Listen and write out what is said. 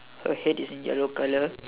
her head is in yellow colour